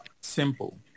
Simple